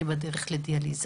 אני בדרך לדיאליזה.